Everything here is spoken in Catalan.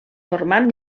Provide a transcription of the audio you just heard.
formant